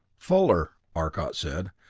fuller, arcot said,